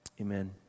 amen